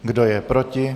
Kdo je proti?